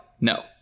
No